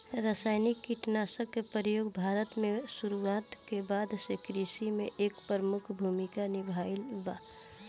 रासायनिक कीटनाशक के प्रयोग भारत में शुरुआत के बाद से कृषि में एक प्रमुख भूमिका निभाइले बा